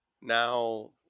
now